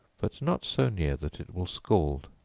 but not so near that it will scald.